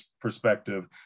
perspective